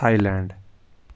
Thailand